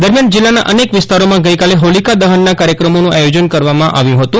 દરમ્યાન જીલ્લાના અનેક વિસ્તારોમાં ગઈકાલે હોલીકા દહનના કાર્યક્રમોનું આયોજન કરવામાં આવ્યું હતું